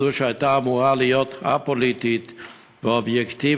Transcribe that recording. שהייתה אמורה להיות א-פוליטית ואובייקטיבית,